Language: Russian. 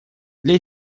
для